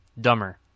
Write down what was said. Dumber